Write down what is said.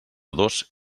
dos